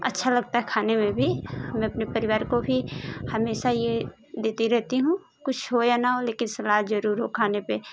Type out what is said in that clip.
अच्छा लगता है खाने में भी मैं अपने परिवार को भी हमेशा ये देती रहती हूँ कुछ हो या न हो लेकिन सलाद ज़रूर हो खाने पर